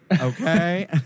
Okay